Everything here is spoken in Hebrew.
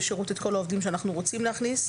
שירות את כל העובדים שאנחנו רוצים להכניס.